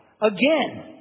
again